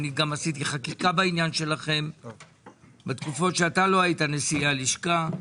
אני גם עשיתי חקיקה בעניין שלכם בתקופות שאתה לא היית נשיא הלשכה.